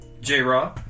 J-Raw